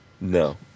No